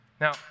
Now